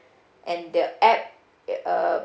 and the app it uh